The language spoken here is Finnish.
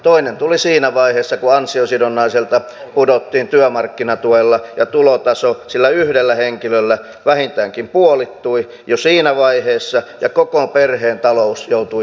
toinen tuli siinä vaiheessa kun ansiosidonnaiselta pudottiin työmarkkinatuelle ja tulotaso sillä yhdellä henkilöllä vähintäänkin puolittui jo siinä vaiheessa ja koko perheen talous joutui ahdinkoon